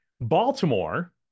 Baltimore